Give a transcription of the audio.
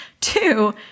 Two